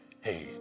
Hey